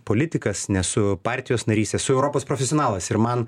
politikas nesu partijos narys esu europos profesionalas ir man